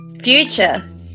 Future